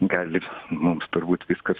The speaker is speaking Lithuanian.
gali mums turbūt viskas